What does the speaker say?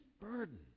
burden